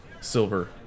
silver